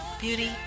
beauty